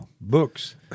books